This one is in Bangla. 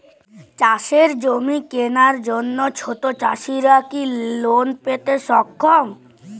চাষের জমি কেনার জন্য ছোট চাষীরা কি লোন পেতে সক্ষম?